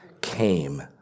came